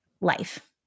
life